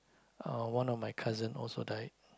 uh one of my cousin also died